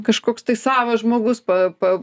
kažkoks tai savas žmogus pa pa